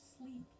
sleep